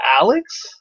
Alex